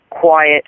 quiet